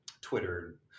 Twitter